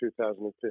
2015